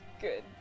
Good